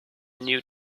new